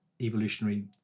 evolutionary